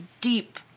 deep